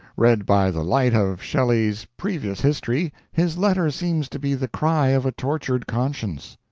read by the light of shelley's previous history, his letter seems to be the cry of a tortured conscience.